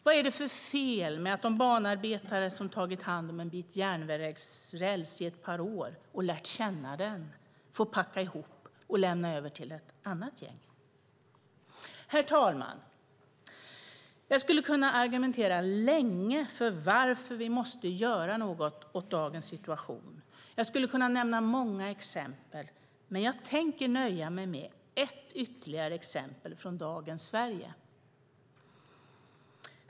Vad är det för fel med att de banarbetare som tagit hand om en bit järnvägsräls under ett par år och lärt känna den får packa ihop och lämna över till ett annat gäng? Herr talman! Jag skulle kunna argumentera länge för att vi måste göra något åt dagens situation. Jag skulle kunna nämna många exempel, men jag tänker nöja mig med ett ytterligare från dagens Sverige.